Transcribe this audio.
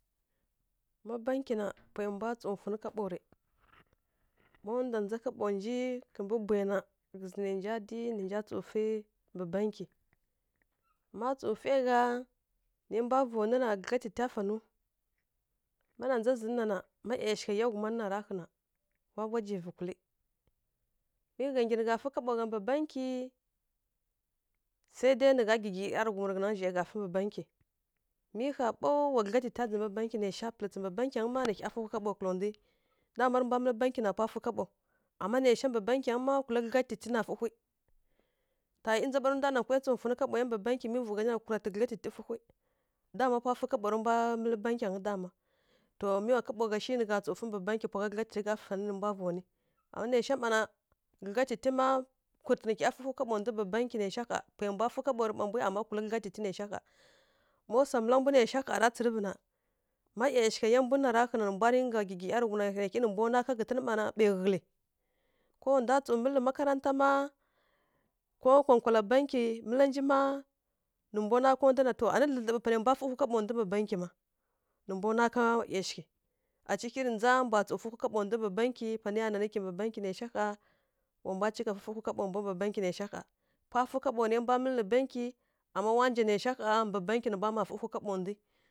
Má bankyi na, pwai mbwa tsǝw funǝ kaɓo rǝ, ma ndwa ndza kaɓo nji kǝmbǝ bwai na, ghǝzǝ nai nja dyi nǝ nja fǝ mbǝ bankyi, má tsǝw fai gha, nǝ mbǝ bwai nana ghǝlatitya fanǝw. Má na ndza zǝn na na, má ˈyashigha yá ghum na raghǝ na, wa wajivǝ kulǝ. Mi gha nggyi nǝ gha fǝ kaɓo gha mbǝ bankyi. Sai dai nǝ gha gǝggyirǝ ˈyarǝghum rǝ ghǝngǝ zhai gha fǝ mbǝ bankyi. Mi ƙha ɓaw wa gǝdlatitya ndzǝmbǝ bankyi naisha, pǝlǝtsǝ mbǝ bankyangǝ ma nǝ hya fǝhwi kaɓo kǝla ndwi, dama rǝ mbwa mǝlǝ bankyi na pwa fǝ kaɓo ama naisha mbǝ bankya mma kulǝ gǝdlatityi na fǝhwi. Ta ˈyi ndza ɓa tǝ ndwa ɗa nkwai tsǝw funǝ kaɓo yi mbǝ bankyi mi vǝw gha zha kurǝtǝ gǝdlatityi fǝhwi. Dama pwa fǝ kaɓo rǝ mbwa mǝlǝ bankyangǝ dama. To mi wa kaɓo gha shi nǝ tsǝw fǝ mbǝ bankyi pwa gha gǝdlatityi gha fanǝ rǝ mbwa va nwi. Ani naisha mma na gǝdlatityi mma kurǝtǝ nǝ hya fǝhwi kaɓo ndu mbǝ bankyi naisha gha, pwai mbwa fǝ kaɓo rǝ pa mbwi ama kulǝ gǝdlatityi naisha ƙha. Má swa mǝla mbu naisha ƙha ra tsǝrǝvǝ na, ma ˈyashigha yá mbu na ra ƙha na, nǝ mbwa dinga gǝggyi ˈyarǝghum tǝghǝna hyi, nǝ mbwa nwa ká ghǝtǝn mma na ɓai ghǝlǝ. Ko wa ndwa tsǝw mǝlǝ makaranta má ko nkwala bankyi mǝla nji má. To nǝ mbwa ká ndu na, to ani dlǝdlǝɓǝ panai mbwa fǝhwi kaɓo mbu mbǝ bankyi ma, nǝ mbwa nwa ka ˈyashi aci hyi rǝ ndza mbwa tsǝw fǝhwi mbu mbǝ bankyi, panai ya nanǝ kimbǝ bankyi naisha ƙha wa mbwa cika fǝfǝhwi kaɓo mbu mbǝ bankyi naisha ƙha, pwa fǝ kaɓo nai mbwa mǝlǝ nǝ bankyi. Anǝ wa nja naisha ƙha mbǝ bankyi nǝ mbwa mma fǝhwi kaɓo ndwi.